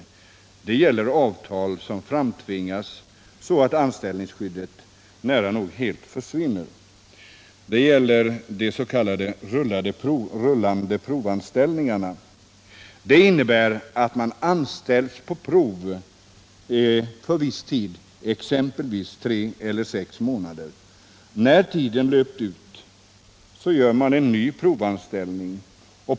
Det gäller avtal som framtvingas så att anställningsskyddet nära nog helt försvinner. Det gäller de s.k. rullande provanställningarna, som innebär att man anställer på prov för en viss tid, exempelvis tre eller sex månader, och när tiden löpt ut gör man en ny provanställning.